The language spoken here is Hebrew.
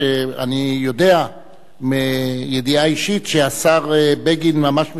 שאני יודע מידיעה אישית שהשר בגין ממש מסתובב,